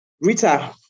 Rita